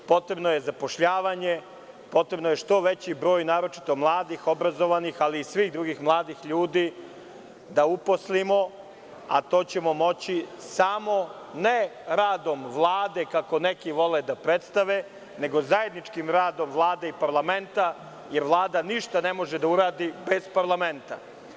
Potreban je što veći broj, naročito mladih obrazovanih, ali i svih drugih mladih ljudi da uposlimo, a to ćemo moći samo, ne radom Vlade, kako neki vole da predstave, nego zajedničkim radom Vlade i parlamenta, jer Vlada ništa ne može da uradi bez parlamenta.